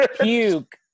puke